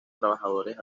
trabajadores